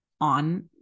on